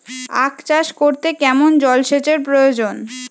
আখ চাষ করতে কেমন জলসেচের প্রয়োজন?